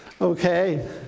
Okay